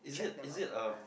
is it is it um